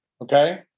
okay